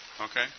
Okay